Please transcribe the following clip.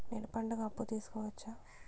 నేను పండుగ అప్పు తీసుకోవచ్చా?